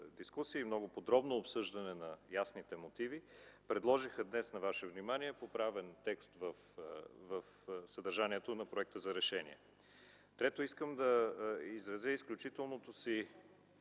много подробно обсъждане на ясните мотиви, предложиха днес на вашето внимание поправен текст в съдържанието на проекта за решение. Трето, искам да изразя надежда, че